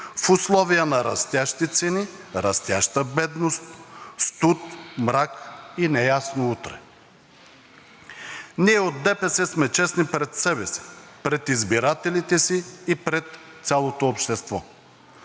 в условия на растящи цени, растяща бедност, студ, мрак и неясно утре. Ние от ДПС сме честни пред себе си, пред избирателите си и пред цялото общество,